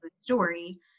story